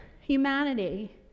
humanity